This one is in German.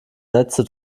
netze